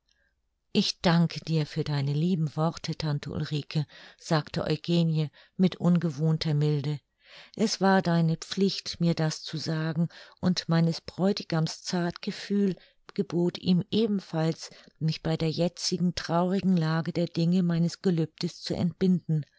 ich danke dir für deine lieben worte tante ulrike sagte eugenie mit ungewohnter milde es war deine pflicht mir das zu sagen und meines bräutigams zartgefühl gebot ihm ebenfalls mich bei der jetzigen traurigen lage der dinge meines gelübdes zu entbinden